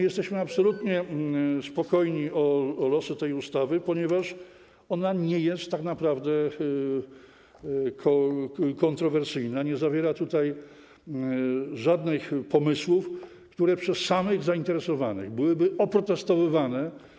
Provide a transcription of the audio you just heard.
Jesteśmy absolutnie spokojni o losy tej ustawy, ponieważ ona tak naprawdę nie jest kontrowersyjna, nie zawiera żadnych pomysłów, które przez samych zainteresowanych byłyby oprotestowywane.